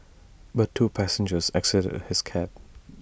but two passengers exited his cab